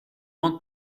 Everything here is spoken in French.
grande